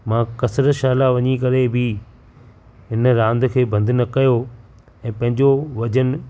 मां कसरत शाला वञी करे बि हिन रांदि खे बंदि न कयो ऐं पंहिंजो वज़न